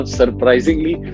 surprisingly